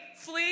flee